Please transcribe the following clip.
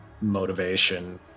motivation